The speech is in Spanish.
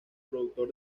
productor